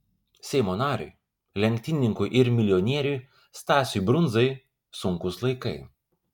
seimo nariui lenktynininkui ir milijonieriui stasiui brundzai sunkūs laikai